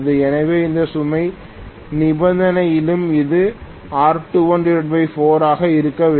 எனவே எந்த சுமை நிபந்தனையிலும் இது R214 ஆக இருக்க வேண்டும்